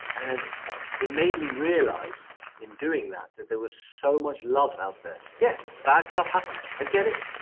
and it made me realize in doing that that there was so much love out there yes, bad stuff happens. i get it.